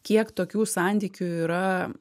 kiek tokių santykių yra